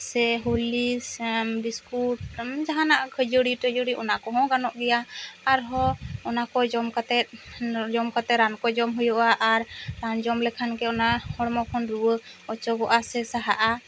ᱥᱮ ᱦᱚᱞᱞᱤᱥ ᱥᱮ ᱵᱤᱥᱠᱩᱴ ᱡᱟᱦᱟᱱᱟᱜ ᱠᱷᱟᱹᱡᱟ ᱲᱤ ᱴᱟᱹᱡᱟᱹᱲᱤ ᱚᱱᱟ ᱠᱚᱦᱚᱸ ᱜᱟᱱᱚᱜ ᱜᱮᱭᱟ ᱟᱨᱦᱚᱸ ᱚᱱᱟ ᱠᱚ ᱡᱚᱢ ᱠᱟᱛᱮᱜ ᱡᱚᱢ ᱠᱟᱛᱮᱜ ᱨᱟᱱ ᱠᱚ ᱡᱚᱢ ᱦᱩᱭᱩᱜᱼᱟ ᱟᱨ ᱨᱟᱱ ᱡᱚᱢ ᱞᱮᱠᱷᱟᱱ ᱜᱮ ᱚᱱᱟ ᱦᱚᱲᱢᱚ ᱠᱷᱚᱱ ᱨᱩᱣᱟᱹ ᱚᱪᱚᱜᱚᱜᱼᱟ ᱥᱮ ᱥᱟᱦᱟᱜᱼᱟ